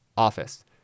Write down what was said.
office